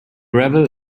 gravel